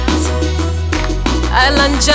Island